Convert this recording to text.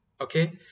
Okay